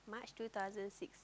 March two thousand six